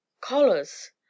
Collars